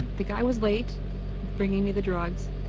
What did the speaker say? and the guy was late bringing me the drugs,